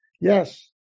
Yes